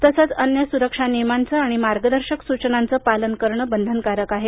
तसेच अन्य सुरक्षा नियमांचं आणि मार्गदर्शक सूचनांचं पालन करणं बंधनकारक आहे